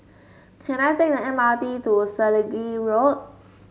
can I take the M R T to Selegie Road